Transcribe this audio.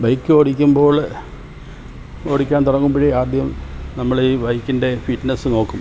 ബൈക്കോടിക്കുമ്പോള് ഓടിക്കാൻ തുടങ്ങുമ്പോള് ആദ്യം നമ്മളീ ബൈക്കിന്റെ ഫിറ്റ്നസ്സ് നോക്കും